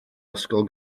ysgol